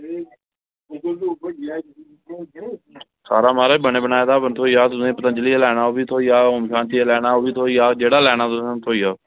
सारा म्हाराज बने बनाये दा पंतजलि दा लैना होग थ्होई जाह्ग ओम शांति दा लैना होग ओह्बी थ्होई जाह्ग जेह्ड़ा लैना तुसें थ्होई जाह्ग